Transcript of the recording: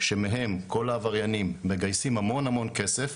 שמהן כל העבריינים מגייסים המון כסף.